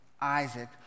Isaac